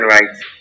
Rights